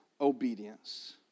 obedience